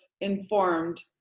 informed